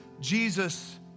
Jesus